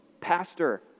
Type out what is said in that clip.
pastor